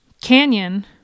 Canyon